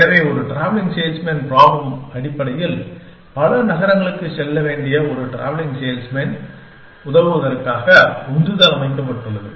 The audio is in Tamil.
எனவே ஒரு டிராவலிங் சேல்ஸ்மேன் ப்ராப்ளம் அடிப்படையில் பல நகரங்களுக்குச் செல்ல வேண்டிய ஒரு டிராவலிங் சேல்ஸ்மேன் க்கு உதவுவதற்காக உந்துதல் அமைக்கப்பட்டுள்ளது